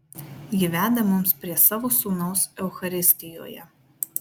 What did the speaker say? ji veda mums prie savo sūnaus eucharistijoje